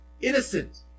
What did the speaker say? innocent